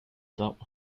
top